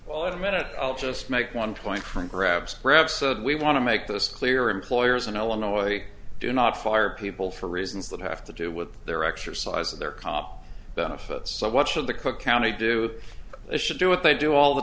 well at a minute i'll just make one point for grabs greg said we want to make this clear employers in illinois do not fire people for reasons that have to do with their exercise of their cop benefits so what should the cook county do they should do what they do all the